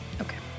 Okay